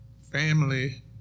family